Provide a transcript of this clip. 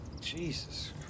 Jesus